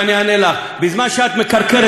בזמן שאת מקרקרת כאן במליאה,